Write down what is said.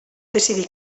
decidir